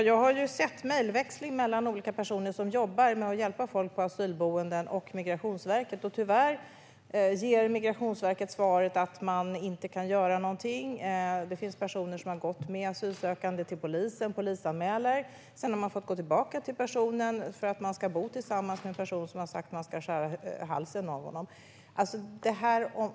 Herr talman! Jag har sett mejlväxling mellan Migrationsverket och olika personer som jobbar med att hjälpa folk på asylboenden. Tyvärr ger Migrationsverket svaret att man inte kan göra någonting. Det finns personer som har gått med asylsökande till polisen och gjort polisanmälningar. Sedan har man fått gå tillbaka för att den asylsökande ska bo tillsammans med en person som sagt sig vilja skära halsen av honom.